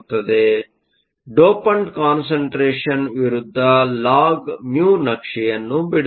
ಆದ್ದರಿಂದ dopant concentration concentration ವಿರುದ್ಧ ಲಾಗ್μ ನಕ್ಷೆಯನ್ನು ಬಿಡಿಸೊಣ